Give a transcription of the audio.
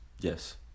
yes